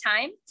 time